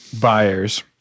Buyers